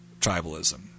tribalism